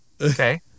Okay